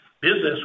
business